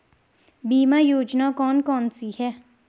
बीमा योजना कौन कौनसी हैं?